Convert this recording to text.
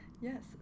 Yes